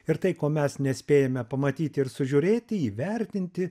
ir tai ko mes nespėjome pamatyti ir sužiūrėti įvertinti